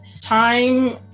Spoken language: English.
time